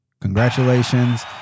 congratulations